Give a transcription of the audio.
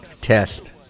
Test